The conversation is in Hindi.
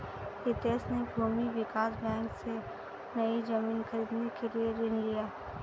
हितेश ने भूमि विकास बैंक से, नई जमीन खरीदने के लिए ऋण लिया